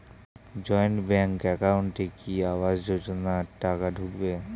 Joint bank একাউন্টে কি আবাস যোজনা টাকা ঢুকবে?